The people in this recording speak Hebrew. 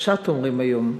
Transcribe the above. ראשת אומרים היום,